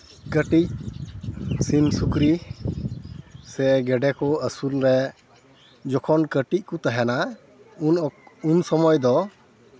ᱠᱟᱹᱴᱤᱡ ᱥᱤᱢ ᱥᱩᱠᱨᱤ ᱥᱮ ᱜᱮᱰᱮ ᱠᱚ ᱟᱹᱥᱩᱞ ᱨᱮ ᱡᱚᱠᱷᱚᱱ ᱠᱟᱹᱴᱤᱡ ᱠᱚ ᱛᱟᱦᱮᱱᱟ ᱩᱱ ᱚᱠᱛᱚ ᱩᱱ ᱥᱚᱢᱚᱭ ᱫᱚ